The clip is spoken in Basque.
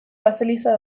baseliza